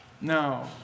No